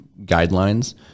guidelines